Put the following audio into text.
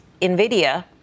NVIDIA